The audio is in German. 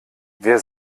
wer